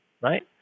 right